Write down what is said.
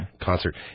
concert